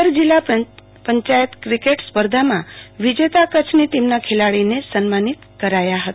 આતરજીલ્લા panchayat cricket સ્પર્ધામાં વિજેતા કચ્છની ટીમના ખેલાડીને સન્માનીત કરાયા હતા